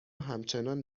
همچنان